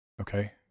okay